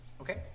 Okay